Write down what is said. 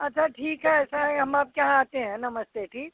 अच्छा ठीक है ऐसा है हम आपके यहाँ आते हैं नमस्ते ठीक